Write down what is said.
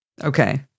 Okay